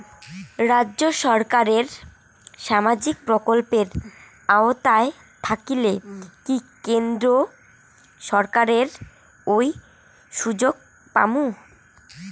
রাজ্য সরকারের সামাজিক প্রকল্পের আওতায় থাকিলে কি কেন্দ্র সরকারের ওই সুযোগ পামু?